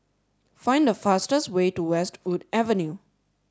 find the fastest way to Westwood Avenue